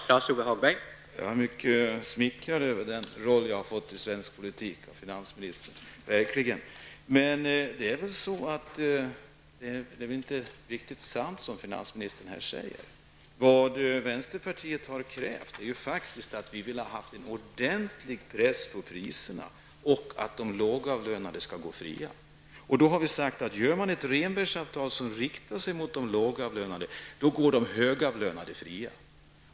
Herr talman! Jag är verkligen mycket smickrad över den roll i svensk politik som jag har fått av finansministern. Det som finansministern säger är väl inte riktigt sant. Vänsterpartiet har krävt att det skall bli en ordentlig press på priserna och att de lågavlönade skall gå fria. Gör man ett Rehnbergsavtal som riktar sig mot de lågavlönade går de högavlönade fria.